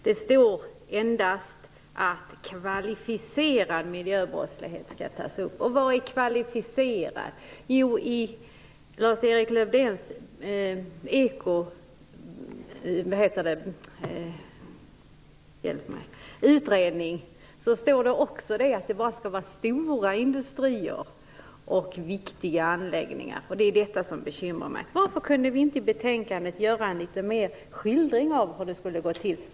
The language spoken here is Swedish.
Det står endast att kvalificerad miljöbrottslighet skall tas upp, och vad är kvalificerad? Jo, i Lars-Erik Lövdéns ekoutredning står det också att det måste vara stora industrier och viktiga anläggningar. Det är det som bekymrar mig. Varför kunde vi inte i betänkandet göra en skildring av hur det skall gå till?